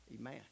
Amen